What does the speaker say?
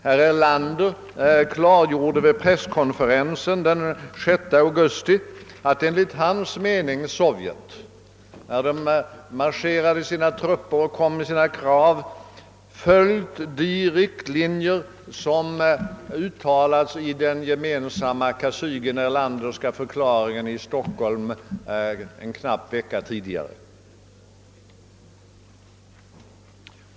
Herr Erlander framhöll vid presskonferensen den 6 augusti att enligt hans mening Sovjet, när man marscherat med sina trupper och framfört sina krav, följt de riktlinjer som redovisats i den gemensamma Kosygin-Erlanderska förklaringen i Stockholm en knapp vecka tidigare.